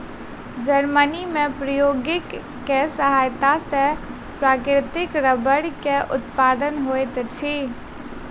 Germany में प्रौद्योगिकी के सहायता सॅ प्राकृतिक रबड़ के उत्पादन होइत अछि